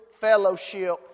fellowship